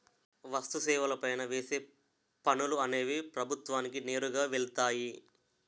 వస్తు సేవల పైన వేసే పనులు అనేవి ప్రభుత్వానికి నేరుగా వెళ్తాయి